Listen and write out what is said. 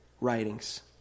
writings